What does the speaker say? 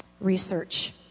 research